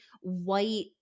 white